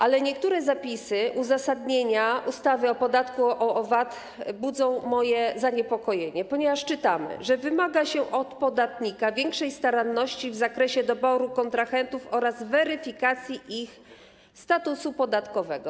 Ale niektóre zapisy uzasadnienia ustawy o podatku VAT budzą moje zaniepokojenie, ponieważ czytamy, że wymaga się od podatnika większej staranności w zakresie doboru kontrahentów oraz weryfikacji ich statusu podatkowego.